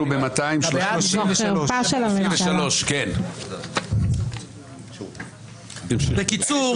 אנחנו בהסתייגות 233. בקיצור,